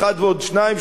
אחד ועוד שניים,